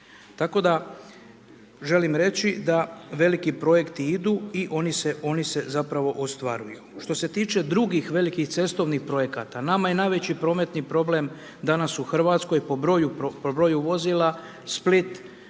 Tako da, želim reći da veliki projekti idu i oni se, zapravo, ostvaruju. Što se tiče drugih velikih cestovnih projekata, nama je najveći prometni problem danas u RH po broju vozila Split